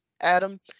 Adam